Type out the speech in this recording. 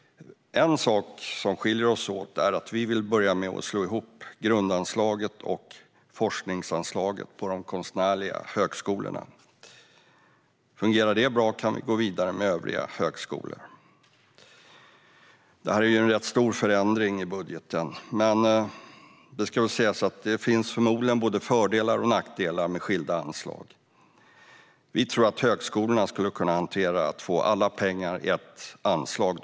En sak som skiljer oss åt är att vi sverigedemokrater vill slå ihop grundanslaget och forskningsanslaget på de konstnärliga högskolorna. Om det fungerar bra kan vi gå vidare med övriga högskolor. Det är en rätt stor förändring i budgeten, men det ska väl sägas att det förmodligen finns både fördelar och nackdelar med skilda anslag. Vi tror att högskolorna skulle kunna hantera att få alla pengar i ett anslag.